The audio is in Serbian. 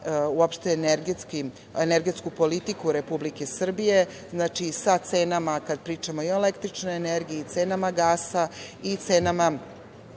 uopšte energetsku politiku Republike Srbije, znači, sa cenama kada pričamo i o električnoj energiji i cenama gasa i cenama